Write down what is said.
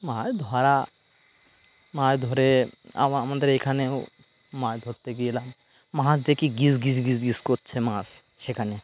মাছ ধরা মাছ ধরে আমাদের এইখানেও মাছ ধরতে গেছিলাম মাছ দেখি গিজগিজ গিজগিজ করছে মাছ সেখানে